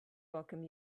welcome